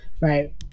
right